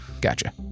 Gotcha